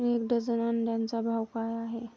एक डझन अंड्यांचा भाव काय आहे?